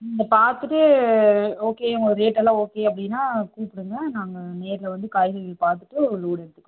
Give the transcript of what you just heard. பார்த்துட்டு ஓகே உங்கள் ரேட்டெல்லாம் ஓகே அப்படின்னா கூப்பிடுங்க நாங்கள் நேர்ல வந்து காய்கறி பார்த்துட்டு ஒரு ஒரு லோடு எடுத்துக்கிறோம்